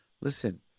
Listen